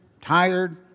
tired